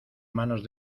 manos